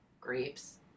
grapes